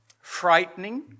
frightening